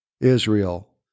Israel